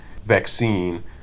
vaccine